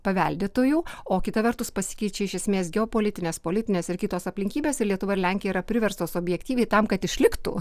paveldėtojų o kita vertus pasikeičia iš esmės geopolitinės politinės ir kitos aplinkybės ir lietuva ir lenkija yra priverstos objektyviai tam kad išliktų